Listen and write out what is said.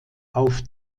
auf